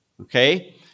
okay